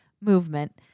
movement